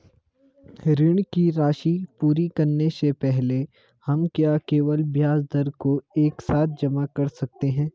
ऋण की राशि पूरी करने से पहले हम क्या केवल ब्याज दर को एक साथ जमा कर सकते हैं?